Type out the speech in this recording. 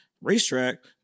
racetrack